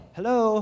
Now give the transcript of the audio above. Hello